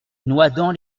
noidans